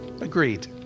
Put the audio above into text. Agreed